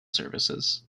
services